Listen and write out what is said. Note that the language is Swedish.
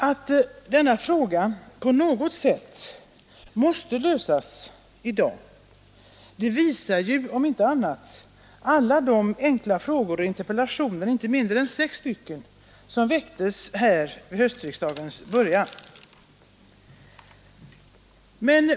Att denna fråga på något sätt måste lösas inom kort visar om inte annat alla de enkla frågor och interpellationer — inte mindre än sex stycken — som väcktes här vid höstriksdagens början.